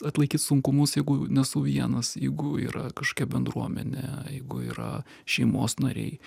atlaikyt sunkumus jeigu nesu vienas jeigu yra kažkokia bendruomenė jeigu yra šeimos nariai